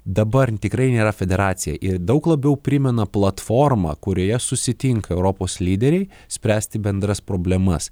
dabar tikrai nėra federacija ir daug labiau primena platformą kurioje susitinka europos lyderiai spręsti bendras problemas